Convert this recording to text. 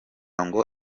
ngo